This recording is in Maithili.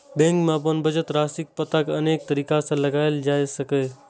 बैंक मे अपन बचत राशिक पता अनेक तरीका सं लगाएल जा सकैए